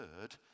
Third